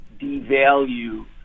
devalue